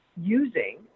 using